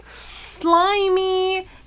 slimy